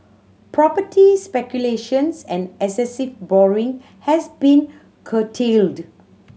property speculations and excessive borrowing has been curtailed